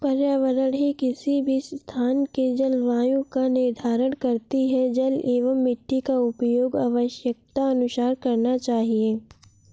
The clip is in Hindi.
पर्यावरण ही किसी भी स्थान के जलवायु का निर्धारण करती हैं जल एंव मिट्टी का उपयोग आवश्यकतानुसार करना चाहिए